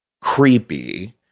creepy